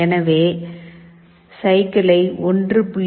எனவே சைக்கிள்ளை 1